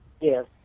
Yes